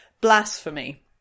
Blasphemy